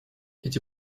эти